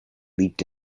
leaked